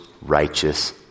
righteous